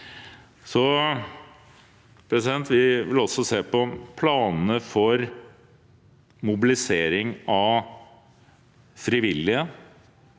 bli større. Vi vil også se på planene for mobilisering av frivillige